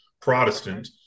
protestant